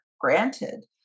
granted